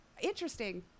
interesting